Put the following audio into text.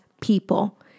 people